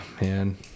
man